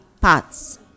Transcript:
parts